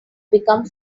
become